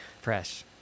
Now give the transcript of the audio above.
Fresh